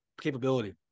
capability